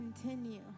continue